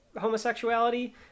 homosexuality